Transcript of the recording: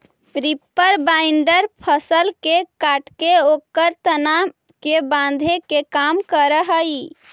reaper binder फसल के काटके ओकर तना के बाँधे के काम करऽ हई